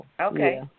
Okay